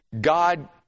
God